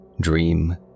dream